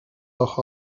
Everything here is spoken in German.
auch